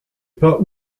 pas